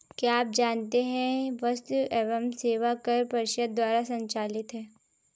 क्या आप जानते है वस्तु एवं सेवा कर परिषद द्वारा संचालित है?